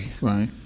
Right